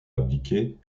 abdiquer